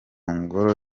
ngoro